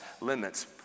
limits